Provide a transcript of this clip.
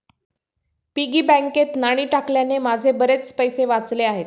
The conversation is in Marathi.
पिगी बँकेत नाणी टाकल्याने माझे बरेच पैसे वाचले आहेत